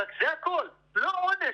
לא עונש.